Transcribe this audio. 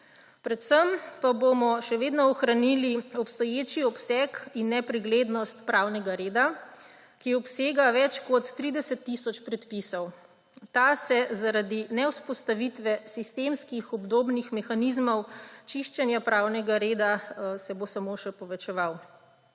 Predvsem pa bomo še vedno ohranili obstoječi obseg in nepreglednost pravnega reda, ki obsega več kot 30 tisoč predpisov. Ta se bo zaradi nevzpostavitve sistemskih obdobnih mehanizmov čiščenja pravnega reda samo še povečeval.